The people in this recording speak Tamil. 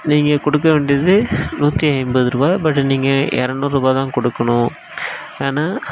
நீங்கள் கொடுக்க வேண்டியது நூற்று ஐம்பதுருபா பட் நீங்கள் இரநூறுபாதான் கொடுக்கணும் ஏன்னா